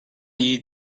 iyi